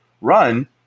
run